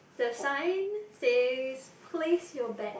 the sign says place your bag